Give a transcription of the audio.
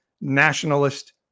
nationalist